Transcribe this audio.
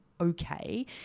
okay